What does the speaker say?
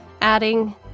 adding